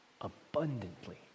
abundantly